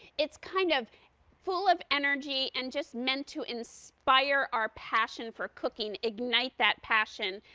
it's kind of full of energy and just meant to inspire our passion for cooking, ignite that passion.